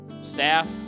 staff